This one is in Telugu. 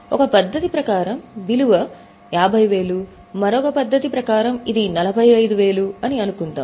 ఒక పద్ధతి ప్రకారం విలువ 50000 మరొక పద్ధతి ప్రకారం ఇది 45000 అని అనుకుందాం